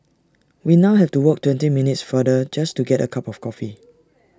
we now have to walk twenty minutes farther just to get A cup of coffee